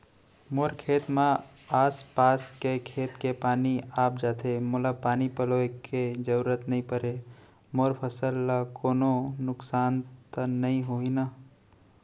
मोर खेत म आसपास के खेत के पानी आप जाथे, मोला पानी पलोय के जरूरत नई परे, मोर फसल ल कोनो नुकसान त नई होही न?